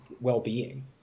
well-being